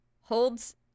holds